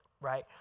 right